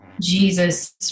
Jesus